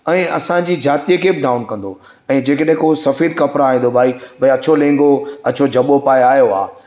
ऐं असांजी ज़ाती खे बि डाउन कंदो ऐं जेकॾहिं को सफेद कपिड़ा आहे थो भई भई अछो लहंगो अछो जबो पाए आयो आहे